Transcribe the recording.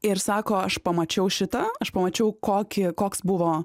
ir sako aš pamačiau šitą aš pamačiau kokį koks buvo